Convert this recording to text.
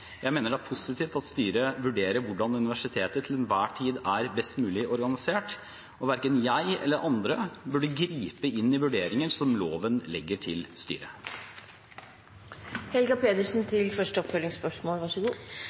Jeg mener det er positivt at styret vurderer hvordan universitetet til enhver tid er best mulig organisert, og verken jeg eller andre burde gripe inn i vurderinger som loven legger til